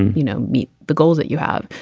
you know, meet the goals that you have.